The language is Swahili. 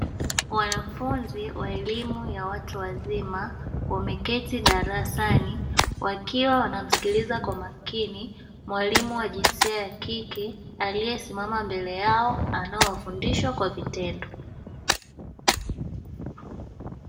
Wanafunzi wa elimu ya watu wazima, wameketi darasani wakiwa wanamsikiliza kwa makini mwalimu wa jinsia ya kike, aliyesimama mbele yao anayewafundisha kwa vitendo.